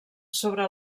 sobre